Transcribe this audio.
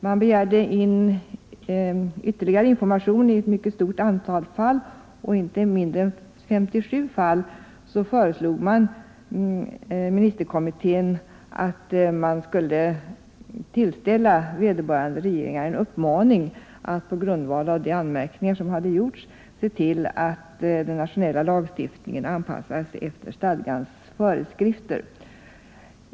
Man begärde in ytterligare information i ett mycket stort antal fall, och i inte mindre än 57 fall föreslog man ministerkommittén att vederbörande regeringar skulle tillställas en uppmaning att på grundval av de anmärkningar som gjorts se till att den nationella lagstiftningen anpassades efter stadgans föreskrifter.